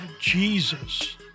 Jesus